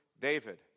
David